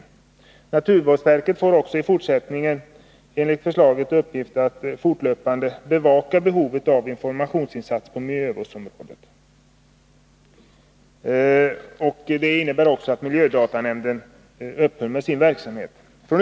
Enligt förslaget skulle naturvårdsverket i fortsättningen få i uppgift att fortlöpande bevaka behovet av informationsinsatser på miljövårdsområdet. Detta innebär också att miljödatanämnden upphör med sin verksamhet.